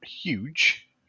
huge